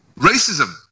Racism